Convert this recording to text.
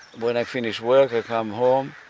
when i finish work i come home,